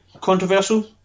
controversial